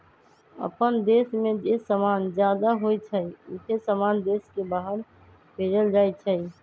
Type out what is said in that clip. अप्पन देश में जे समान जादा होई छई उहे समान देश के बाहर भेजल जाई छई